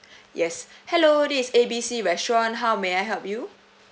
yes hello this is A B C restaurant how may I help you